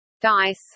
Dice